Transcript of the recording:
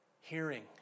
Hearing